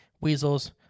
weasels